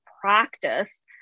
practice